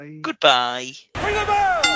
Goodbye